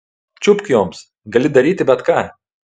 čiupk joms gali daryti bet ką